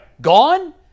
Gone